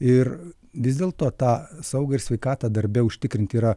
ir vis dėlto tą saugą ir sveikatą darbe užtikrinti yra